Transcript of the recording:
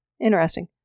Interesting